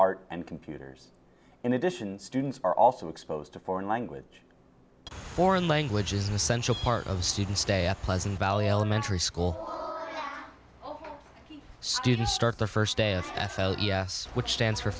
art and computers in addition students are also exposed to foreign language foreign languages an essential part of students day at pleasant valley elementary school students start the first day of which stands for